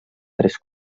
tres